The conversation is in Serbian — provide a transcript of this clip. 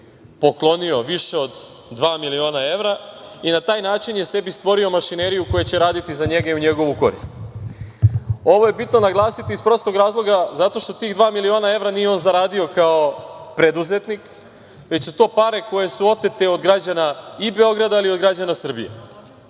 poklonio više od dva miliona evra i na taj način je sebi stvorio mašineriju koja će raditi za njega i u njegovu korist. Ovo je bitno naglasiti iz prostog razloga, zato što tih dva miliona evra nije on zaradio kao preduzetnik, već su to pare koje su otete od građana i Beograda, ali i od građana Srbije. Ja